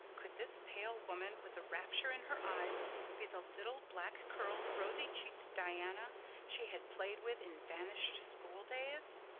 could this pale woman with the rapture in her eyes be the little black-curled, rosy-cheeked diana she had played with in vanished schooldays?